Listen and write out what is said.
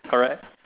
correct